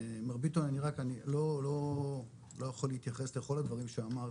אני לא יכול להתייחס לכל הדברים שאמרת,